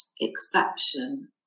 exception